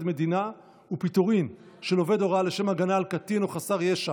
מדינה ופיטורין של עובד הוראה לשם הגנה על קטין או חסר ישע